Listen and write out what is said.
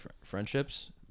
friendships